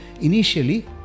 Initially